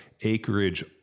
acreage